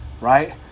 right